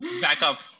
Backup